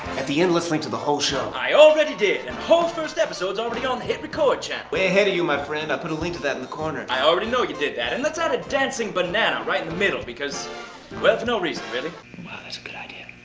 at the end listening to the whole show. i already did, a and whole first episodes already on hit record channel way ahead of you my friend, i put a link to that in the corner i already know you did that, and let's add a dancing banana right in the middle because. well for no reason really. wow, that's a good idea.